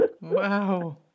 Wow